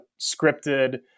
scripted